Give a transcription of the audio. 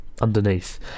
underneath